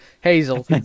Hazel